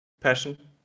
passion